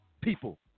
people